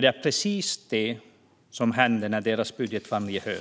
Det var precis det som hände när deras budget vann gehör,